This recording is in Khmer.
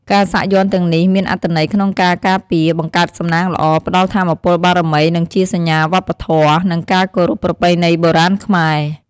ការសាក់យ័ន្តទាំងនេះមានអត្ថន័យក្នុងការការពារ បង្កើតសំណាងល្អ ផ្ដល់ថាមពលបារមីនិងជា សញ្ញាវប្បធម៌ និងការគោរពប្រពៃណីបុរាណខ្មែរ។